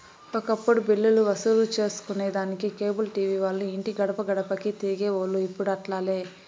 ఒకప్పుడు బిల్లులు వసూలు సేసుకొనేదానికి కేబుల్ టీవీ వాల్లు ఇంటి గడపగడపకీ తిరిగేవోల్లు, ఇప్పుడు అట్లాలే